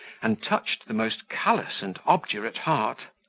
and touched the most callous and obdurate heart.